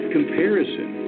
Comparison